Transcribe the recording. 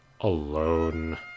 alone